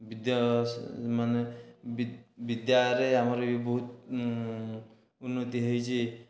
ବିଦ୍ୟ ମାନେ ବିଦ୍ୟାରେ ଆମର ବି ବହୁତ ଉନ୍ନତି ହୋଇଛି